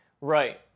Right